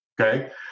okay